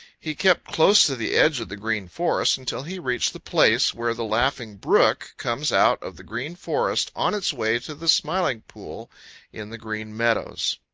he kept close to the edge of the green forest until he reached the place where the laughing brook comes out of the green forest on its way to the smiling pool in the green meadows.